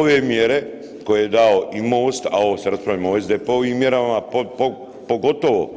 Ove mjere koje je dao i MOST, a ovo sad raspravljamo o SDP-ovim mjerama pogotovo